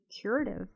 curative